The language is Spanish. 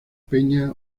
peña